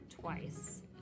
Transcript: twice